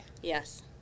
Yes